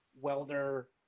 welder